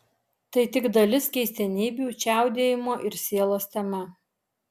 tai tik dalis keistenybių čiaudėjimo ir sielos tema